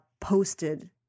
posted